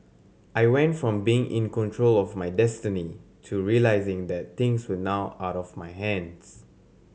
I went from being in control of my destiny to realising that things were now out of my hands